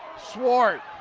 swart